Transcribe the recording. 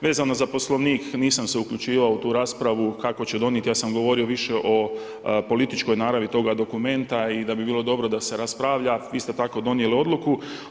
Vezano za Poslovnik, nisam se uključivao u tu raspravu kako će donijeti, ja sam govorio više o političkoj naravi toga dokumenta i da bi bilo dobro da se raspravlja, vi ste tako donijeli odluku.